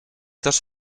dos